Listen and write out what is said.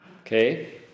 Okay